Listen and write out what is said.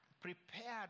prepared